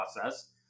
process